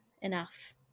enough